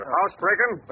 House-breaking